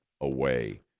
away